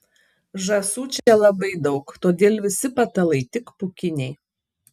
žąsų čia labai daug todėl visi patalai tik pūkiniai